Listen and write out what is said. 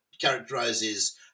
characterizes